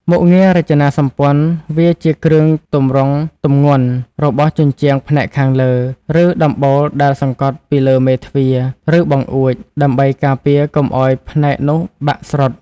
មុខងាររចនាសម្ព័ន្ធ វាជា គ្រឿងទម្រង់ទម្ងន់ របស់ជញ្ជាំងផ្នែកខាងលើ ឬដំបូលដែលសង្កត់ពីលើមេទ្វារ ឬបង្អួច ដើម្បីការពារកុំឱ្យផ្នែកនោះបាក់ស្រុត។